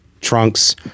trunks